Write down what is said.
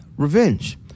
revenge